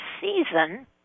season